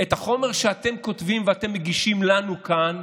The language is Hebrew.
את החומר שאת כותבים ואתם מגישים לנו כאן?